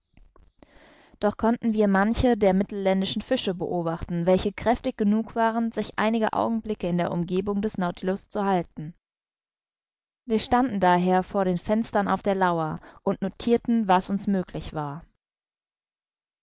doch konnten wir manche der mittelländischen fische beobachten welche kräftig genug waren sich einige augenblicke in der umgebung des nautilus zu halten wir standen daher vor den fenstern auf der lauer und notirten was uns möglich war